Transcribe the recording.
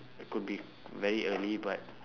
could be very early but